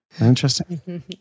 Interesting